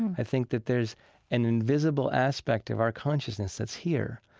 i think that there's an invisible aspect of our consciousness that's here,